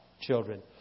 children